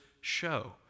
show